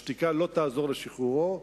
השתיקה לא תעזור לשחרורו,